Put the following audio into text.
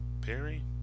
perry